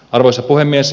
arvoisa puhemies